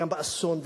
גם באסון,